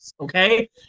okay